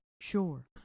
Sure